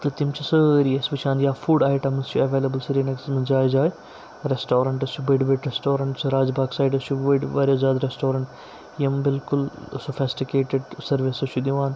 تہٕ تِم چھِ سٲری أسۍ وٕچھان یا فُڈ آیٹَمٕز چھِ اویلیبل سری نگَس منٛز جایہِ جایہِ رٮ۪سٹورَنٹس چھِ بٔڑۍ بٔڑۍ ری۪سٹورَنٹ چھِ راج باغ سایڈٕس چھِ بٔڑۍ واریاہ زیادٕ رٮ۪سٹورَنٹ یِم بالکُل سوفٮ۪سٹِکیٹِڈ سٔروِسٕز چھِ دِوان